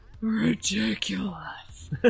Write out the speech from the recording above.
ridiculous